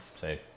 say